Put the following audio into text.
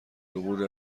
العبور